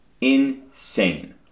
insane